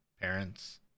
parents